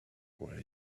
were